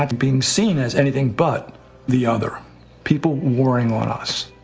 and being seen as anything but the other people warring on us.